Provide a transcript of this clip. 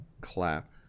clap